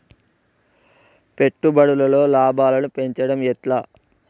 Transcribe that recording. పెట్టుబడులలో లాభాలను పెంచడం ఎట్లా?